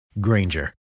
Granger